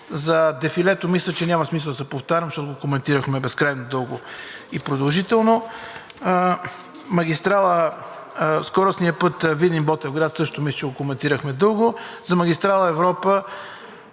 За дефилето мисля, че няма смисъл да се повтарям, защото го коментирахме безкрайно дълго и продължително. Скоростния път Видин – Ботевград също мисля, че го коментирахме дълго. За магистрала „Европа“